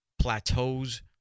Plateaus